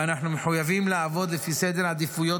ואנחנו מחויבים לעבוד לפי סדר העדיפויות